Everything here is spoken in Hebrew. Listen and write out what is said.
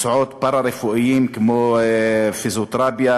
מקצועות פארה-רפואיים כמו פיזיותרפיה,